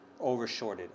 overshorted